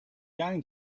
going